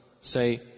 Say